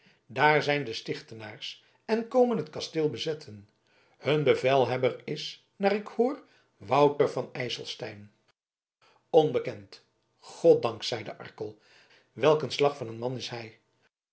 daar zijn de stichtenaars en komen het kasteel bezetten hun bevelhebber is naar ik hoor wouter van ijselstein onbekend goddank zeide arkel welk een slag van een man is hij